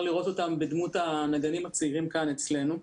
לראות אותם בדמות הנגנים הצעירים כאן אצלנו.